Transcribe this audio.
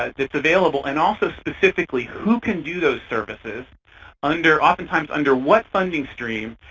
ah that's available, and also specifically who can do those services under oftentimes under what funding stream,